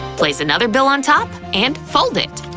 place another bill on top and fold it.